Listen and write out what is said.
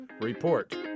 Report